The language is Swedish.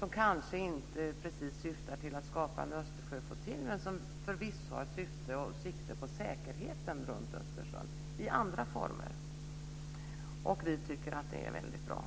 Det syftar kanske inte precis till att skapa en Östersjöflottilj, men det tar förvisso sikte på säkerheten runt Östersjön i andra former. Vi tycker att det är väldigt bra.